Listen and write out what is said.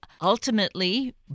ultimately